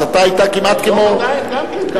הצתה היתה כמעט כמו, היום עדיין גם כן.